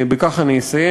בכך אני אסיים.